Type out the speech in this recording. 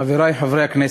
חברי חברי הכנסת,